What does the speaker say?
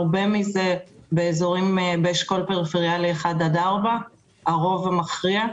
הרבה מזה באשכול פריפריאלי 1 עד 4. הרוב המכריע.